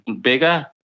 bigger